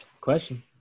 question